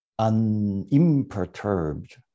unimperturbed